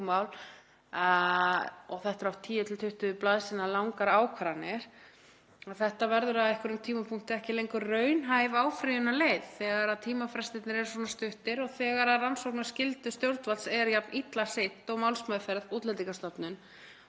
oft 10–20 blaðsíðna langar ákvarðanir. Þetta verður á einhverjum tímapunkti ekki lengur raunhæf áfrýjunarleið þegar tímafrestirnir eru stuttir og þegar rannsóknarskyldu stjórnvalds er jafn illa sinnt og málsmeðferð Útlendingastofnunar